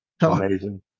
Amazing